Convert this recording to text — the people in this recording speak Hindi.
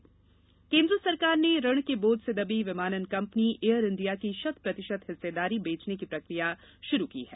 एयर इंडिया केन्द्र सरकार ने ऋण के बोझ से दबी विमानन कंपनी एयर इंडिया की शत प्रतिशत हिस्सेदारी बेचने की प्रक्रिया शुरू की है